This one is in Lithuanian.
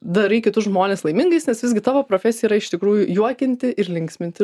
darai kitus žmones laimingais nes visgi tavo profesija yra iš tikrųjų juokinti ir linksminti